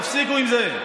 תפסיקו עם זה.